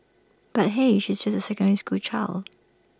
but hey she's just A secondary school child